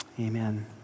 Amen